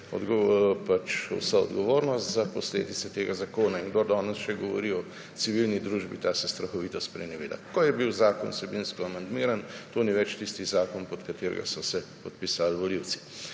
tudi vso odgovornost za posledice tega zakona in kdor danes še govori o civilni družbi ta se strahovito spreneveda. Ko je bil zakon vsebinsko amandmiran to ni več tisti zakon, pod katerega so se podpisali volivci.